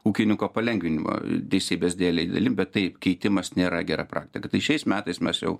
ūkininko palengvinimo teisybės dėlei dideli bet taip keitimas nėra gera praktika tai šiais metais mes jau